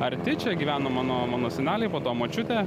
arti čia gyveno mano mano seneliai po to močiutė